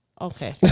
Okay